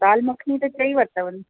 दाल मखनी त चई वरतव